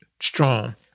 Strong